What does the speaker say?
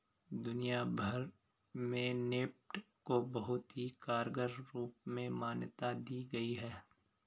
दुनिया भर में नेफ्ट को बहुत ही कारगर रूप में मान्यता दी गयी है